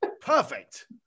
Perfect